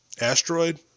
Asteroid